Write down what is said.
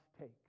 take